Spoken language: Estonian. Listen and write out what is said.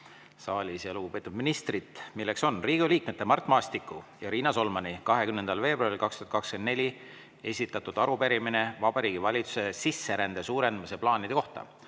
saalis näha ja lugupeetud ministrit ka. Riigikogu liikmete Mart Maastiku ja Riina Solmani 20. veebruaril 2024 esitatud arupärimine Vabariigi Valitsuse sisserände suurendamise plaanide kohta,